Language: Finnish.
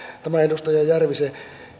tämä edustaja järvisen